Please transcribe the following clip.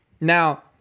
Now